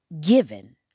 Given